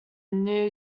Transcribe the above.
new